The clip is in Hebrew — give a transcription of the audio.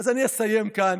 אז אני אסיים כאן.